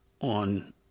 on